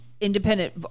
independent